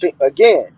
again